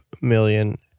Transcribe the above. million